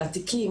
על התיקים,